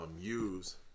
use